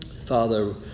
father